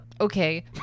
okay